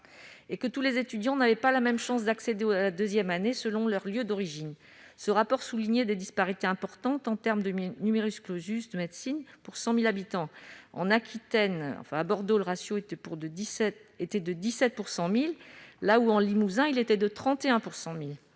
et que tous les étudiants n'avaient pas la même chance d'accéder à la deuxième année selon leur lieu d'origine. Ce rapport soulignait des disparités importantes en termes de de médecine pour 100 000 habitants : en Aquitaine, à Bordeaux, le ratio était de 17 pour 100 000 habitants, là où, en Limousin, il était de 31 pour 100 000